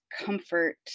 comfort